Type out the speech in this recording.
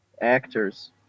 actors